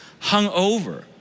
hungover